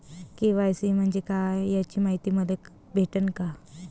KYC म्हंजे काय याची मायती मले भेटन का?